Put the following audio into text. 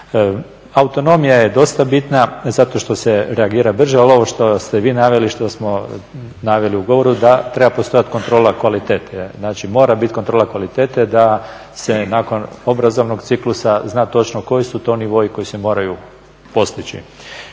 Autonomija je dosta bitna zato što se reagira brže, ali ovo što ste vi naveli što smo naveli u govoru da treba postojati kontrola kvalitete. Mora biti kontrola kvalitete da se nakon obrazovnog ciklus zna točno koji su to nivoi koji se moraju postići.